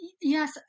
Yes